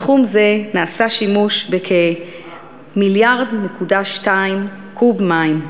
בתחום זה נעשה שימוש בכ-1.2 מיליארד קוב מים,